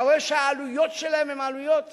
אתה רואה שהעלויות שלהן הן עלויות